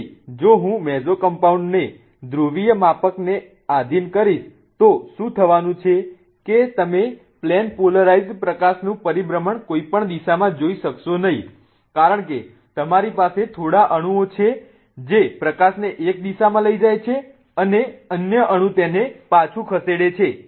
તેથી જો હું મેસોકમ્પાઉન્ડને ધ્રુવીયમાપકને આધિન કરીશ તો શું થવાનું છે કે તમે પ્લેન પોલરાઈઝ્ડ પ્રકાશનું પરિભ્રમણ કોઈપણ દિશામાં જોઈ શકશો નહીં કારણ કે તમારી પાસે થોડા અણુઓ છે જે પ્રકાશને એક દિશામાં લઈ જાય છે અન્ય અણુ તેને પાછું ખસેડે છે